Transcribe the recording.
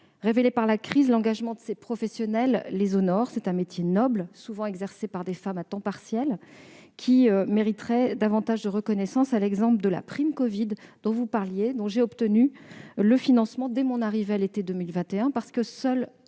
Révélé par la crise, l'engagement de ces professionnels les honore. C'est un métier noble, souvent exercé par des femmes à temps partiel, qui mériterait davantage de reconnaissance, à l'exemple de la prime covid, dont j'ai obtenu le financement dès mon arrivée à l'été 2020. Seuls